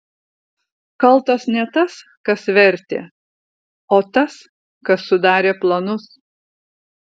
kaltas ne tas kas vertė o tas kas sudarė planus